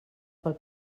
pel